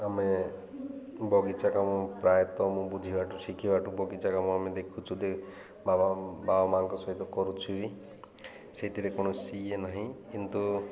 ଆମେ ବଗିଚା କାମ ପ୍ରାୟତଃ ମୁଁ ବୁଝିବାଠୁ ଶିଖିବାଠୁ ବଗିଚା କାମ ଆମେ ଦେଖୁଛୁ ଯେ ବାବା ବାବା ମାଆଙ୍କ ସହିତ କରୁଛୁ ବି ସେଇଥିରେ କୌଣସି ଇଏ ନାହିଁ କିନ୍ତୁ